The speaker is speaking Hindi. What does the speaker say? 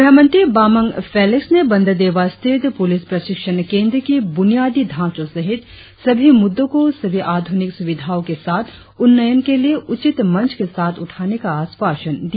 गृहमंत्री बामंग फेलिक्स ने बंदरदेवा स्थित पुलिस प्रशिक्षण केंद्र की बुनियादी ढांचों सहित सभी मुद्दों को सभी आधुनिक सुविधाओं के साथ उन्नयन के लिए उचित मंच के साथ उठाने का आश्वासन दिया